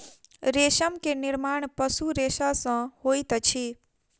रेशम के निर्माण पशु रेशा सॅ होइत अछि